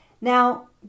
Now